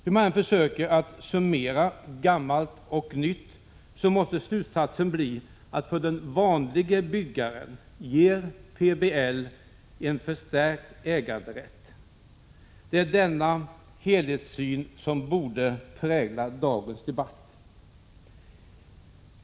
Hur man än försöker att summera gammalt och nytt måste slutsatsen bli att planoch bygglagen ger den vanlige byggaren en förstärkt äganderätt. Det är denna helhetssyn som borde prägla dagens debatt.